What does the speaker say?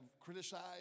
criticized